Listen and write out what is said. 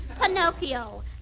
Pinocchio